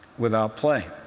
without play.